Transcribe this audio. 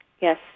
yes